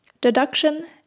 Deduction